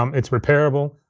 um it's repairable.